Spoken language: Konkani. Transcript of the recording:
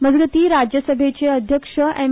मजगतीं राज्यसभेचे अध्यक्ष एम